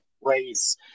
raise